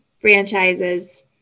franchises